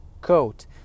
coat